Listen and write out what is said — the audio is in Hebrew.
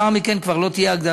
הסמכות שלה היא להפעיל